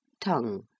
Tongue